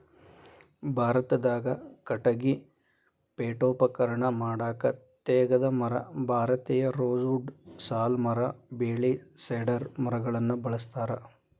ಭಾರತದಾಗ ಕಟಗಿ ಪೇಠೋಪಕರಣ ಮಾಡಾಕ ತೇಗದ ಮರ, ಭಾರತೇಯ ರೋಸ್ ವುಡ್ ಸಾಲ್ ಮರ ಬೇಳಿ ಸೇಡರ್ ಮರಗಳನ್ನ ಬಳಸ್ತಾರ